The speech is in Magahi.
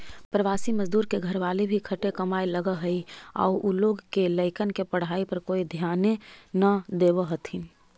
प्रवासी मजदूर के घरवाली भी खटे कमाए लगऽ हई आउ उ लोग के लइकन के पढ़ाई पर कोई ध्याने न देवऽ हथिन